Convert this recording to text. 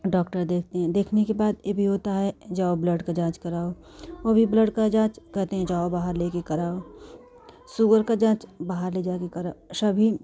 doctor देखते हैं देखने के बाद यह भी होता है जाओ ब्लड का जाँच कराओ वह भी ब्लड का जाँच जाओ बाहर लेकर कराओ शुगर का जाँच बाहर ले जाकर कराओ सभी